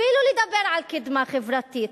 אפילו לדבר על קדמה חברתית.